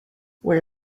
where